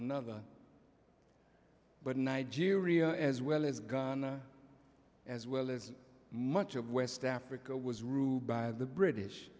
another but nigeria as well as guyana as well as much of west africa was ruled by the british